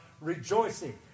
rejoicing